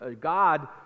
God